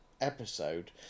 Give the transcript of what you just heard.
episode